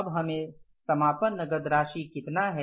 अब हमें समापन नगद राशि कितना है